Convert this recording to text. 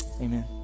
Amen